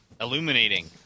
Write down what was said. Illuminating